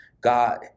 God